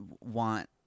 want